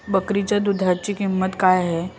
बकरीच्या दूधाची किंमत काय आहे?